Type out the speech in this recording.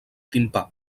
timpà